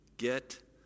get